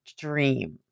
dream